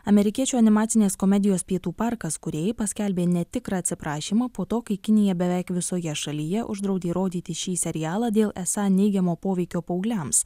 amerikiečių animacinės komedijos pietų parkas kūrėjai paskelbė netikrą atsiprašymą po to kai kinija beveik visoje šalyje uždraudė rodyti šį serialą dėl esą neigiamo poveikio paaugliams